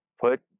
put